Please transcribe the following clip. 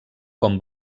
com